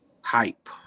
hype